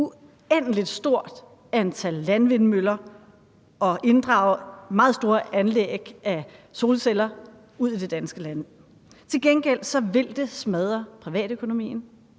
uendelig stort antal landvindmøller og inddrage meget store anlæg til solceller ude i det danske land. Til gengæld vil det smadre privatøkonomien,